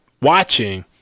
watching